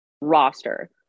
roster